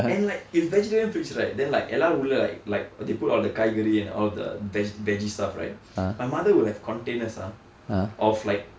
and like it's vegetarian fridge right then like எல்லாரும் உள்ள:ellarum ulla like like they put all the காய்கறி:kaaykari and all the veg veggie stuff right my mother will have containers ah of like